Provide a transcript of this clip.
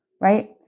right